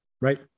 Right